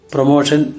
Promotion